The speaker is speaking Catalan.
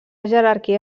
jerarquia